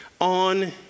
on